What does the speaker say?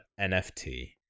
NFT